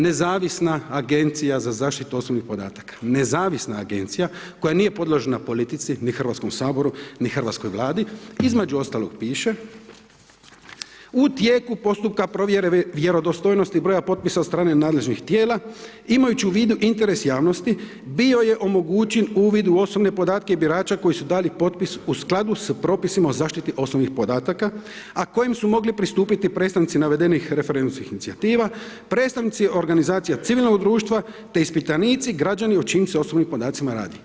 Nezavisna agencija za zaštitu osobnih podataka, nezavisna agencija koja nije podložna politici, ni Hrvatskom saboru, ni hrvatskoj Vladi, između ostalog pište, u tijeku postupka provjere vjerodostojnosti broja potpisa od strane nadležnih tijela, imajući u vidu interes javnosti bio je omogućen uvid u osobne podatke birača koji su dali potpis u skladu sa propisima o zaštiti osobnih podataka, a kojim su mogli pristupiti predstavnici navedenih referendumskih inicijativa, predstavnici organizacija civilnog društva te ispitanici, građani o čijim se osobnim podacima radi.